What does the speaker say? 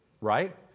right